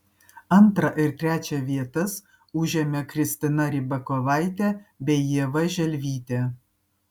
antrą ir trečią vietas užėmė kristina rybakovaitė bei ieva želvytė